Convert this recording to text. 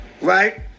Right